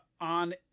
on